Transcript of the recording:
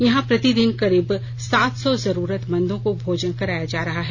यहां प्रतिदिन करीब सात सौ जरूरतमन्दों को भोजन कराया जा रहा है